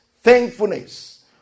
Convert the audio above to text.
thankfulness